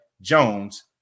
Jones